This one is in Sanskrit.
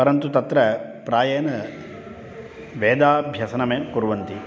परन्तु तत्र प्रायेण वेदाभ्यासमेव कुर्वन्ति